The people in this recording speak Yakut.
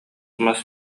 мас